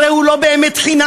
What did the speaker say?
הרי הוא לא באמת חינם.